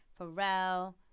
Pharrell